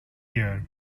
ear